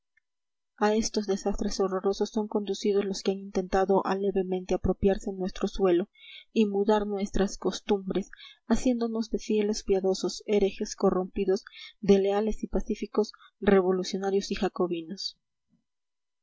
a estos desastres horrorosos son conducidos los que han intentado alevemente apropiarse nuestro suelo y mudar nuestras costumbres haciéndonos de fieles piadosos herejes corrompidos de leales y pacíficos revolucionarios y jacobinos